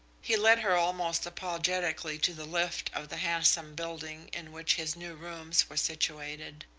he led her almost apologetically to the lift of the handsome building in which his new rooms were situated.